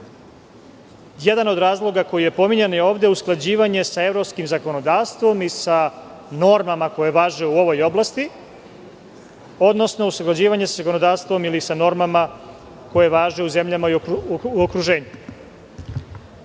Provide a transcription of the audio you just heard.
itd. Jedan od razloga koji je pominjan ovde je usklađivanje sa evropskim zakonodavstvom i sa normama koje važe u ovoj oblasti, odnosno usklađivanje za zakonodavstvom ili sa normama koje važe u zemljama u okruženju. Tu